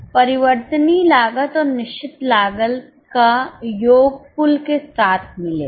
परिवर्तनीय लागत और निश्चित लागत का योग कुल के साथ मिलेगा